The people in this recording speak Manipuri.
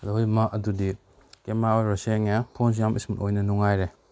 ꯑꯗꯨꯗꯤ ꯀꯦꯃꯦꯔꯥ ꯑꯣꯏꯔꯣ ꯁꯦꯡꯉꯦ ꯐꯣꯟꯁꯨ ꯌꯥꯝ ꯏꯁꯃꯨꯠ ꯑꯣꯏꯅ ꯅꯨꯡꯉꯥꯏꯔꯦ